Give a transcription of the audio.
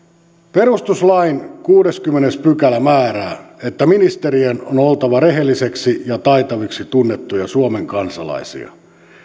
perustuslain kuudeskymmenes pykälä määrää että ministerien on oltava rehellisiksi ja taitaviksi tunnettuja suomen kansalaisia